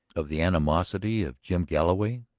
of the animosity of jim galloway?